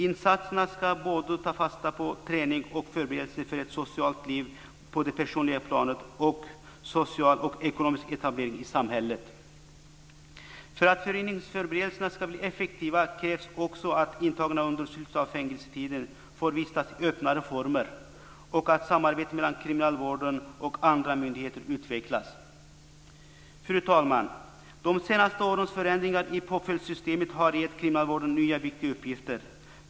Insatserna ska både ta fasta på träning och förberedelse för ett socialt liv på det personliga planet och social och ekonomisk etablering i samhället. För att frigivningsförberedelserna ska bli effektiva krävs också att intagna under slutet av fängelsetiden får vistas i öppnare former och att samarbetet mellan kriminalvården och andra myndigheter utvecklas. Fru talman! De senaste årens förändringar i påföljdssystemet har gett kriminalvården nya viktiga uppgifter.